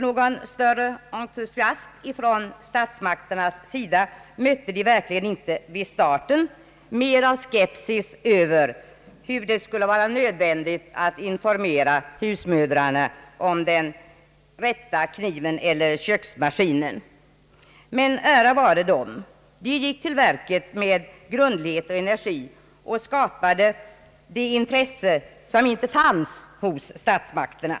Någon större entusiasm från statsmakternas sida mötte de verkligen inte vid starten utan mer av skepsis varför det skulle vara nödvändigt att informera husmödrarna om den rätta kniven eller köksmaskinen. Men ära vare dem! De gick till verket med grundlighet och energi och skapade det intresse som inte fanns hos statsmakterna.